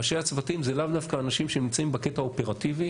ראשי הצוותים זה לאו דווקא אנשים שנמצאים בקטע האופרטיבי,